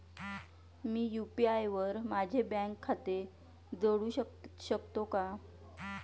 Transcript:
मी UPI वर माझे bank खाते जोडू शकतो का?